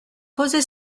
posez